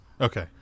Okay